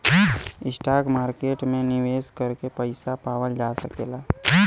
stock market में निवेश करके पइसा पावल जा सकला